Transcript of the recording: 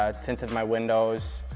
ah tinted my windows.